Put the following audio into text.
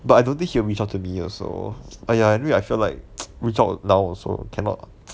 but I don't think he will reach out to me also !aiya! anyway I feel like reach out now also cannot